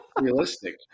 realistic